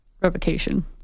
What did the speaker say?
revocation